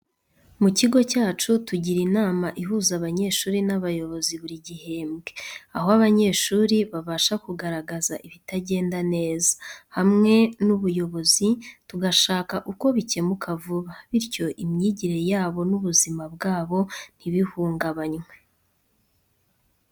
Mu kigo cyacu, tugira inama ihuza abanyeshuri n’abayobozi buri gihembwe, aho abanyeshuri babasha kugaragaza ibitagenda neza. Hamwe n’ubuyobozi, tugashaka uko bikemuka vuba, bityo imyigire yabo n’ubuzima bwabo ntibihungabanywe.